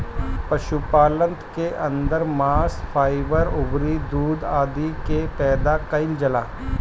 पशुपालन के अंदर मांस, फाइबर अउरी दूध आदि के पैदा कईल जाला